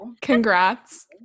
Congrats